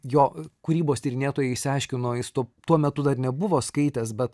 jo kūrybos tyrinėtojai išsiaiškino jis tuo tuo metu dar nebuvo skaitęs bet